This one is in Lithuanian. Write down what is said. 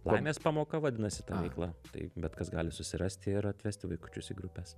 laimės pamoka vadinasi ta veikla tai bet kas gali susirasti ir atvesti vaikučius į grupes